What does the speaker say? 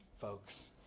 Folks